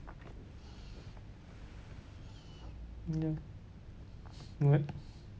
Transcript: ya [what]